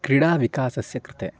क्रीडाविकासस्य कृते